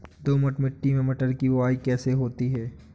दोमट मिट्टी में मटर की बुवाई कैसे होती है?